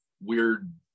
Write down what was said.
weird